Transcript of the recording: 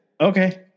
Okay